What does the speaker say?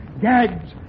Gags